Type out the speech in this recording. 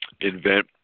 invent